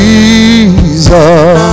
Jesus